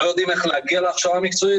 לא יודעים איך להגיע להכשרה מקצועית.